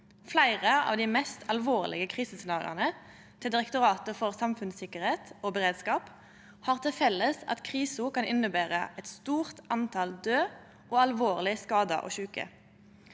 Flere av de mest alvorlige krisescenarioene til Direktoratet for samfunnssikkerhet og beredskap (DSB) har til felles at krisen kan innebære et stort antall døde og alvorlige skadde og syke.»